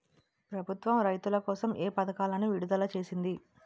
ప్రభుత్వం రైతుల కోసం ఏ పథకాలను విడుదల చేసింది?